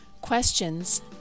questions